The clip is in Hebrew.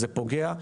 זה פוגע,